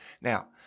Now